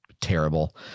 terrible